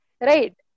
right